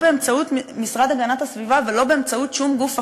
לא באמצעות המשרד להגנת הסביבה ולא באמצעות שום גוף אחר,